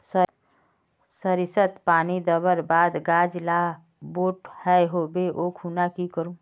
सरिसत पानी दवर बात गाज ला बोट है होबे ओ खुना की करूम?